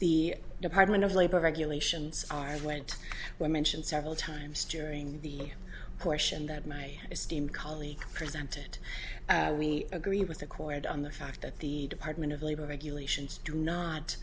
the department of labor regulations are white were mentioned several times during the question that my esteemed colleague presented we agree with accord on the fact that the department of labor regulations do not